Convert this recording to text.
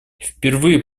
впервые